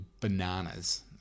bananas